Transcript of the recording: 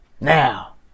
Now